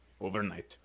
overnight